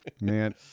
Man